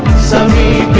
sony